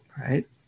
right